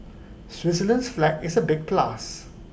Switzerland's flag is A big plus